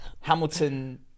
Hamilton